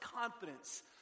confidence